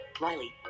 Riley